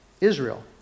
Israel